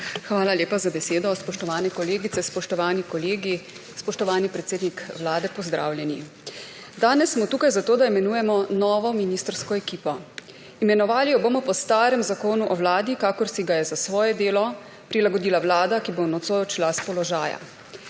Hvala lepa za besedo. Spoštovane kolegice, spoštovani kolegi, spoštovani predsednik Vlade, pozdravljeni! Danes smo tukaj zato, da imenujemo novo ministrsko ekipo. Imenovali jo bomo po starem Zakonu o Vladi, kakor si ga je za svoje delo prilagodila vlada, ki bo nocoj odšla s položaja.